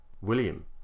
William